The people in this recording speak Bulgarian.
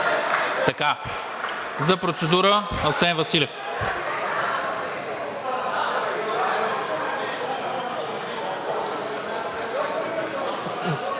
За процедура – Асен Василев.